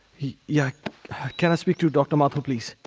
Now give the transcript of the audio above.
yeah. can i speak to dr. mathur please?